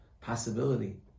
possibility